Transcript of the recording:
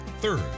Third